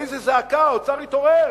איזו זעקה, האוצר התעורר.